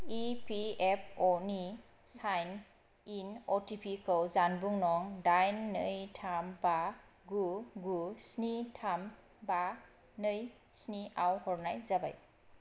EPFO नि sign in OTP खौ जानबुं नं दाइन नै थाम बा गु गु स्नि थाम बा नै स्नि आव हरनाय जाबाय